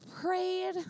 prayed